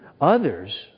Others